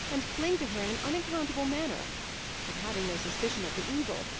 and cling to her in an unaccountable manner but, having no suspicion of the evil,